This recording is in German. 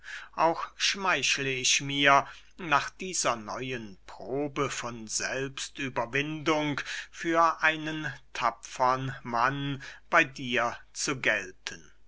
auch schmeichle ich mir nach dieser neuen probe von selbstüberwindung für einen tapfern mann bey dir zu gelten